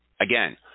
again